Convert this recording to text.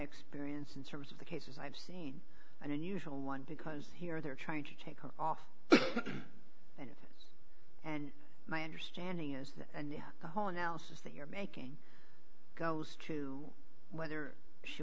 experience in terms of the cases i've seen an unusual one because here they're trying to take off and my understanding is that the hole in else is that you're making goes to whether she